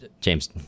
James